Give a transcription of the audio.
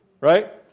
right